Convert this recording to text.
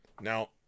Now